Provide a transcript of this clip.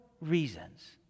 reasons